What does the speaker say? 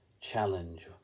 challenge